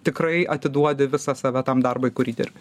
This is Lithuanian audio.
tikrai atiduodi visą save tam darbui kurį dirbi